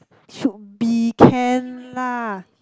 should be can lah